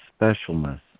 specialness